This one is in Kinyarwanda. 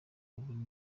ubu